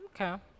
Okay